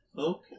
Okay